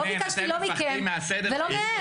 לא ביקשתי לא מכם ולא מהם.